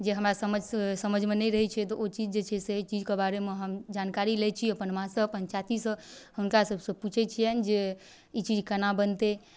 जे हमरा समझिसँ हमरा समझिमे नहि रहै छै तऽ ओ चीज जे छै से एहि चीजके बारेमे हम जानकारी लै छी अपन माँसँ अपन चाचीसँ हुनका सबसँ पुछै छिअनि जे ई चीज कोना बनतै